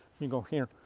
you go here,